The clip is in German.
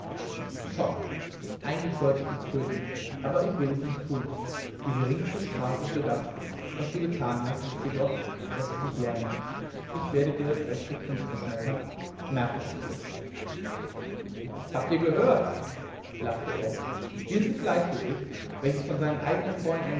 eigentlich sollte ich dich töten aber ich will es nicht tun die geringste strafe für das was du getan hast ist jedoch daß ich dich lähme ich werde dir das rechte knie zerschmettern merke es dir habt ihr es gehört lachte er dieses bleichgesicht welches von seinen eigenen freunden